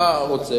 אתה רוצה?